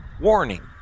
warning